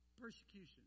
persecution